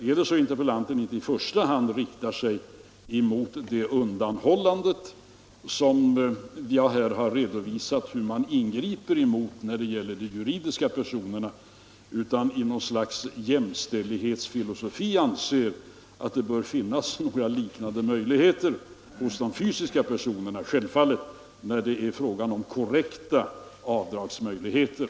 Kanske interpellanten inte i första hand riktar sig emot undanhållandet — jag har här redovisat hur man ingriper mot det när det gäller de juridiska personerna — utan i linje med något slags jämställdhetsfilosofi anser att det bör finnas några liknande möjligheter för de fysiska personerna; självfallet är det fråga om korrekta avdragsmöjligheter.